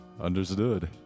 understood